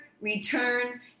return